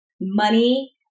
money